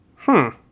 -hmm